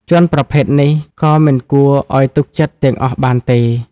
ជនប្រភេទនេះ ក៏មិនគួរឲ្យទុកចិត្តទាំងអស់បានទេ ។